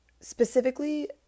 specifically